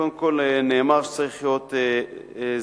קודם כול נאמר שצריך להיות זהירים,